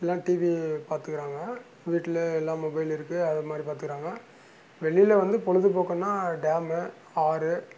எல்லாம் டிவி பார்த்துக்குறாங்க வீட்டில் எல்லாம் மொபைல் இருக்குது அது மாதிரி பார்த்துக்குறாங்க வெளியில் வந்து பொழுதுபோக்குன்னா டேம்மு ஆறு